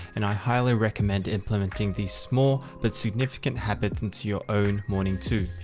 and i highly recommend implementing these small, but significant habits into your own morning too.